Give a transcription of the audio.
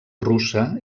russa